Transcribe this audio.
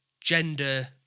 gender